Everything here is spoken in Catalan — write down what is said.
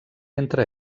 entre